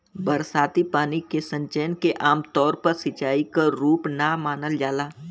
बरसाती पानी के संचयन के आमतौर पर सिंचाई क रूप ना मानल जाला